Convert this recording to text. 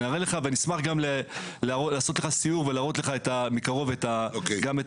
נשמח גם לעשות לך סיור ולהראות לך מקרוב גם את העבודה.